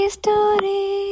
story